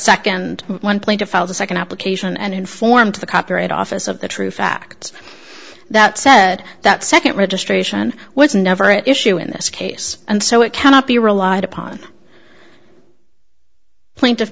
second one plaintiff the second application and informed the copyright office of the true facts that said that second registration was never at issue in this case and so it cannot be relied upon plaintiff